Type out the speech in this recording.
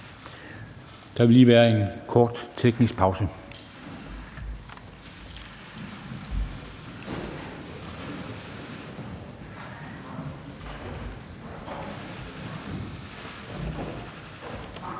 Der vil lige være en kort teknisk pause.